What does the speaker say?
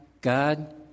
God